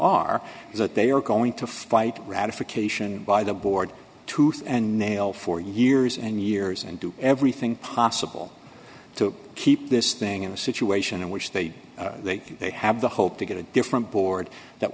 is that they are going to fight ratification by the board tooth and nail for years and years and do everything possible to keep this thing in a situation in which they they think they have the hope to get a different board that